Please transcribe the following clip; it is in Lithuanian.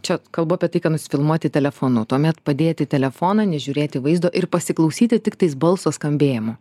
čia kalbu apie tai kad nusifilmuoti telefonu tuomet padėti telefoną nežiūrėti vaizdo ir pasiklausyti tiktais balso skambėjimo